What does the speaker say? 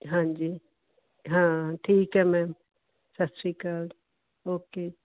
ਹਾਂਜੀ ਹਾਂ ਠੀਕ ਹੈ ਮੈਮ ਸਤਿ ਸ਼੍ਰੀ ਅਕਾਲ ਓਕੇ